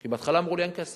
כי בהתחלה אמרו לי שאין כסף.